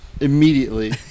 immediately